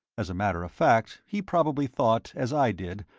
as a matter of fact, he probably thought, as i did,